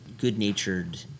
good-natured